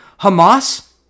Hamas